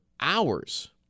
hours